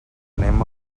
anem